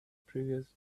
previous